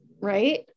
right